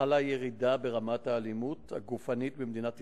חלה ירידה ברמת האלימות הגופנית במדינת ישראל: